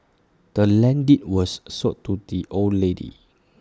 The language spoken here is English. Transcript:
the land's deed was sold to the old lady